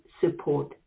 support